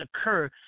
occur